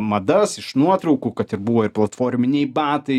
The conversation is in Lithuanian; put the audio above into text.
madas iš nuotraukų kad ir buvo ir platforminiai batai